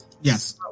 Yes